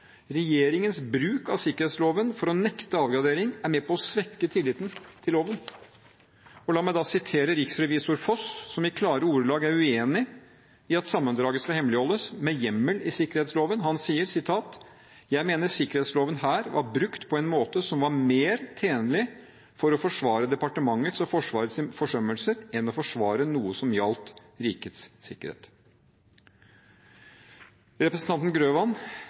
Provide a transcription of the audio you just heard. regjeringens bruk av sikkerhetsloven for å nekte avgradering er med på å svekke tilliten til loven. La meg sitere riksrevisor Foss, som i klare ordelag er uenig i at sammendraget skal hemmeligholdes med hjemmel i sikkerhetsloven. Han sier: «Jeg mener sikkerhetsloven her var brukt på en måte som var mer tjenlig for å forsvare departementets og Forsvarets forsømmelser enn å forsvare noe som gjaldt rikets sikkerhet». Representanten Grøvan